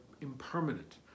impermanent